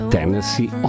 Tennessee